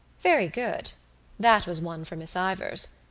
very good that was one for miss ivors.